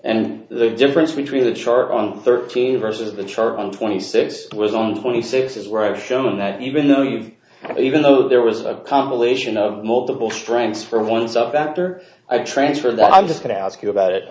and the difference between the chart on thirteen versus the chart on twenty six was on twenty six is where i've shown that even though you've even though there was a compilation of multiple strengths for once up after i transferred that i'm just going to ask you about it